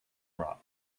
rot